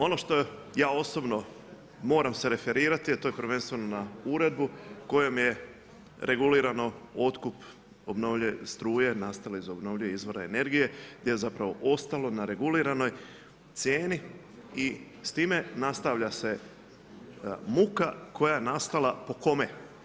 Ono što ja osobno moram se referirati a to je prvenstveno na uredbu kojom je regulirano otkup obnovljive struje, nastale zbog obnovljivih izvora energije, gdje je zapravo ostalo na reguliranoj cijeni i s time nastavlja se muka koja je nastala po kome?